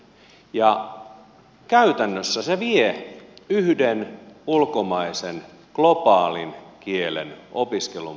ja käytännössä se vie yhden ulkomaisen globaalin kielen opiskelun paikan